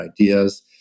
ideas